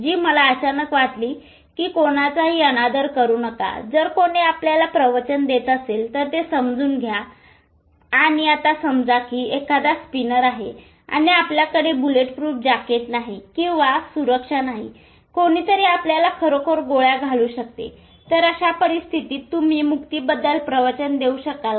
जी मला अचानक वाटली की कोणाचाही अनादर करू नका जर कोणी आपल्याला प्रवचन देत असेल तर ते समजून घ्या आणि आता समजा की एखादा स्निपर आहे आणि आपल्याकडे बुलेट प्रूफ जॅकेट नाही किंवा सुरक्षा नाही कोणीतरी आपल्याला खरोखर गोळ्या घालू शकते तर अशा परिस्थितीत तुम्ही मुक्तीबद्दल प्रवचन देऊ शकाल का